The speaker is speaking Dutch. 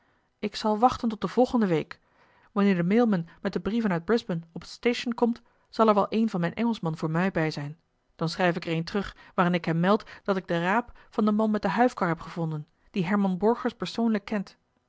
ik zal wachten tot de volgende week wanneer de mail man met de brieven uit brisbane op het station komt zal er wel een van mijn engelschman voor mij bij zijn dan schrijf ik er een terug waarin ik hem meld dat ik den raap van den man met de huifkar heb gevonden die herman borgers persoonlijk kent